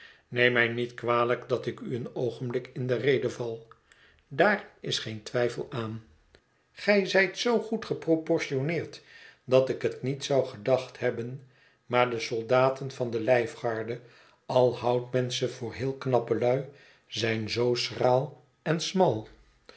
neem mij niet kwalijk dat ik u een oogenblik in de rede val daar is geen twijfel aan gij zijt zoo goed geproportioneerd dat ik het niet zou gedacht hebben maar de soldaten van de lijfgarde al houdt men ze voor heel knappe lui zijn zoo schraal en smal